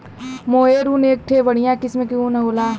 मोहेर ऊन एक ठे बढ़िया किस्म के ऊन होला